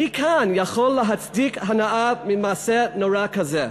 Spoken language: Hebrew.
מי כאן יכול להצדיק הנאה ממעשה נורא כזה?